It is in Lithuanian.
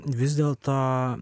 vis dėlto